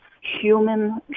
human